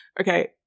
okay